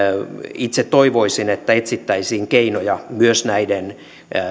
itse toivoisin että etsittäisiin keinoja myös näiden